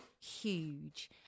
huge